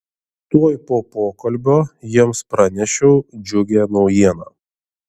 tuoj po pokalbio jiems pranešiau džiugią naujieną